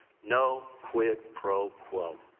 no quid pro quo.